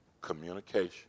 Communication